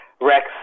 Rex